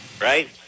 Right